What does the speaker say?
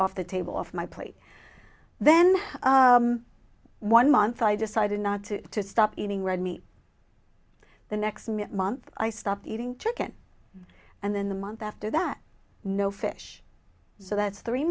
off the table off my plate then one month i decided not to to stop eating red meat the next month i stopped eating chicken and then the month after that no fish so that's three